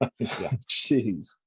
Jeez